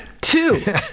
Two